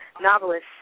novelist